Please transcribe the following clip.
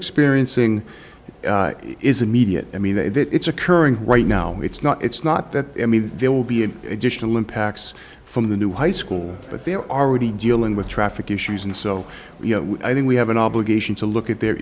experiencing is immediate i mean it's occurring right now it's not it's not that i mean there will be an additional impacts from the new high school but they're already dealing with traffic issues and so you know i think we have an obligation to look at their